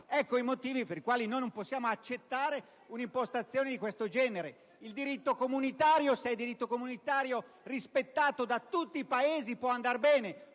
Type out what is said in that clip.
Ecco i motivi per i quali non possiamo accettare un'impostazione di questo genere. Il diritto comunitario, se è diritto comunitario, rispettato da tutti i Paesi, può andar bene,